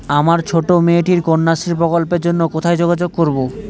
আমার ছোট্ট মেয়েটির কন্যাশ্রী প্রকল্পের জন্য কোথায় যোগাযোগ করব?